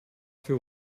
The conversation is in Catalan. fer